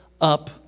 up